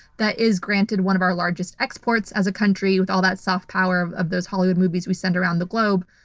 that is, granted, one of our largest exports as a country with all that soft power of of those hollywood movies we send around the globe.